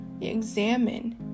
examine